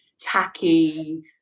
tacky